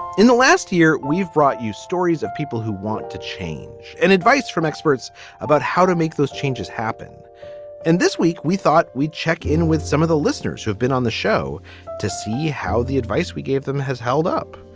in the last year, we've brought you stories of people who want to change and advice from experts about how to make those changes happen and this week, we thought we'd check in with some of the listeners who have been on the show to see how the advice we gave them has held up.